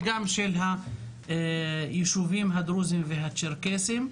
וגם של הישובים הדרוזיים והצ'רקסיים.